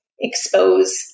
expose